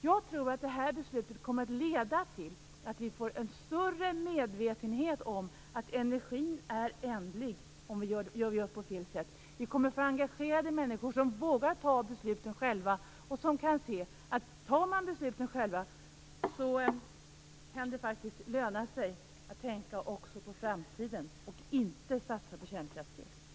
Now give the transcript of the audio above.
Jag tror att det här beslutet kommer att leda till en större medvetenhet om att energin är ändlig om vi gör på fel sätt. Det kommer att finnas engagerade människor, som vågar fatta besluten själva och som kan se att det då kan löna sig att tänka också på framtiden och att inte satsa på kärnkraftsel.